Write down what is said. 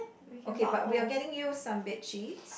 okay but we are getting you some bedsheets